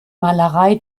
malerei